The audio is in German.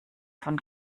von